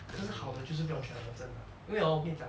可是好的就是不用 travel 真的因为 hor 我跟你讲